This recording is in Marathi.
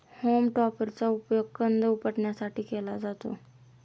होम टॉपरचा उपयोग कंद उपटण्यासाठी केला जातो